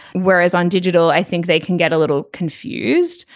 whereas on digital i think they can get a little confused.